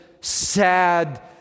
sad